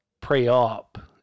pre-op